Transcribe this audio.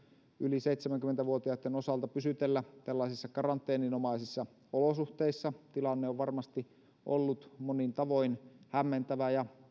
yli seitsemänkymmentä vuotiaitten osalta pysytellä tällaisissa karanteeninomaisissa olosuhteissa niin tilanne on varmasti ollut monin tavoin hämmentävä ja